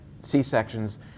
C-sections